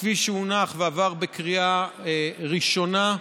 שהונחה ועברה בקריאה ראשונה.